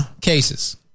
Cases